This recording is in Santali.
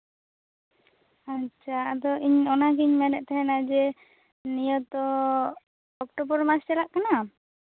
ᱟᱪᱪᱷᱟ ᱤᱧ ᱚᱱᱟᱜᱤᱧ ᱢᱮᱱᱮᱫ ᱛᱟᱸᱦᱮᱱᱟ ᱡᱮ ᱱᱤᱭᱟᱹ ᱫᱚ ᱚᱠᱴᱳᱵᱚᱨ ᱢᱟᱥ ᱪᱟᱞᱟᱜ ᱠᱟᱱᱟ